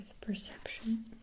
perception